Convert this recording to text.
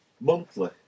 monthly